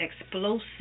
explosive